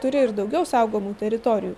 turi ir daugiau saugomų teritorijų